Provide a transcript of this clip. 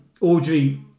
Audrey